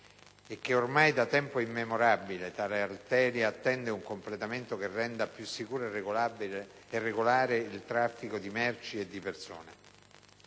e che ormai da tempo immemorabile tale arteria attende un completamento che renda più sicuro e regolare il traffico di merci e di persone;